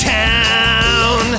town